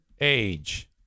age